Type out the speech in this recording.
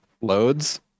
Loads